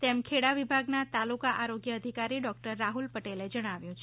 તેમ ખેડા વિભાગના તાલુકા આરોગ્ય અધિકારી ડોક્ટર રાહુલ પટેલે જણાવ્યુ છે